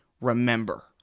remember